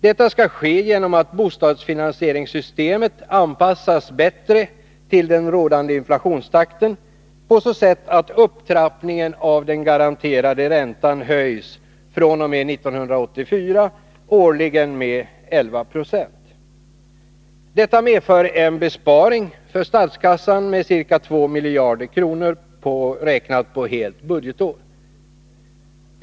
Detta skall ske genom att bostadsfinansieringssystemet anpassas bättre till den rådande inflationstakten, på så sätt att upptrappningen av den garanterade räntan fr.o.m. 1984 årligen höjs med 11926. Detta medför en besparing för statskassan med ca 2 miljarder kronor, räknat på helt budgetår.